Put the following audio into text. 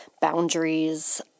boundaries